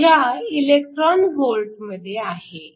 ऊर्जा electron volt मध्ये आहे